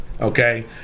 Okay